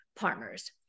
partners